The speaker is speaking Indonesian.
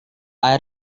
air